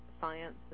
science